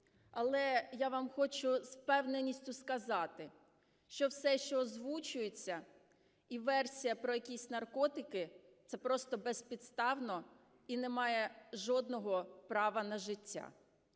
Але я вам хочу з впевненістю сказати, що все, що озвучується, і версія про якісь наркотики, це просто безпідставно і не має жодного права на життя.